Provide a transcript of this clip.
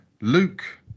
Luke